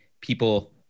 people